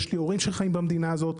יש לי הורים במדינה הזאת.